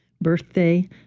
birthday